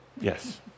Yes